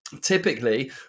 Typically